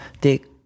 Dick